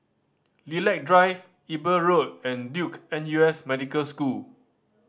Lilac Drive Eber Road and Duke N U S Medical School